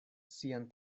sian